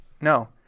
No